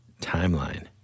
timeline